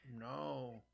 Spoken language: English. No